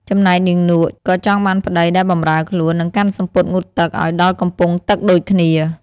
ចំណែក នាងនក់ ក៏ចង់បានប្តីដែលបម្រើខ្លួន និងកាន់សំពត់ងូតទឹកឱ្យដល់កំពង់ទឹកដូចគ្នា ។